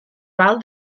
val